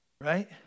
Right